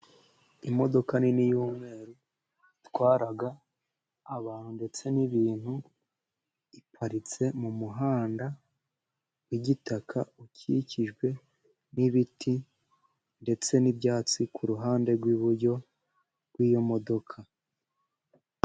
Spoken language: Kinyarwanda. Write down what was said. Imodoka nini y'umweru itwara abantu ndetse n'ibintu. Iparitse mu muhanda w'igitaka ukikijwe n'ibiti ndetse n'ibyatsi ku ruhande rw'iburyo rw'iyo modoka.